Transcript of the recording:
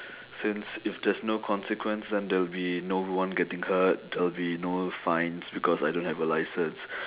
since if there's no consequence then there will be no one getting hurt there will be no fines because I don't have a license